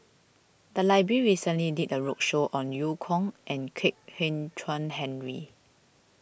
the library recently did a roadshow on Eu Kong and Kwek Hian Chuan Henry